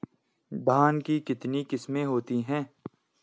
धान की कितनी किस्में होती हैं?